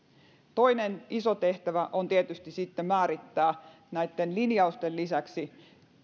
toinen iso tehtävä on tietysti sitten määrittää näitten linjausten lisäksi